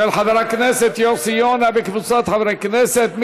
של חבר הכנסת יוסי יונה וקבוצת חברי הכנסת.